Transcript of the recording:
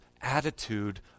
attitude